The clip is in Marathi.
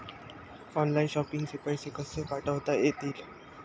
ऑनलाइन शॉपिंग चे पैसे कसे पाठवता येतील?